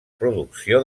producció